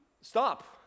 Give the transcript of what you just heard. stop